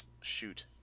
shoot